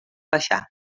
baixar